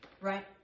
Right